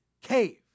cave